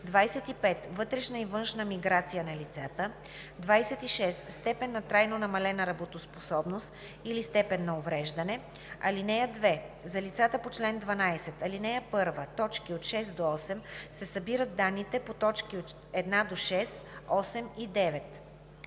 25. вътрешна и външна миграция на лицата; 26. степен на трайно намалена работоспособност или степен на увреждане. (2) За лицата по чл. 12, ал. 1, т. 6 – 8 се събират данните по т. 1 – 6, 8 и 9.